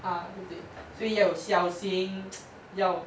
ah 对不对所以要有孝心要